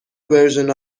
version